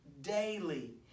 daily